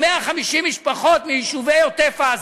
150 משפחות מיישובי עוטף-עזה,